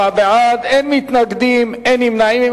24 בעד, אין מתנגדים ואין נמנעים.